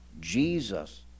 Jesus